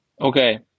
Okay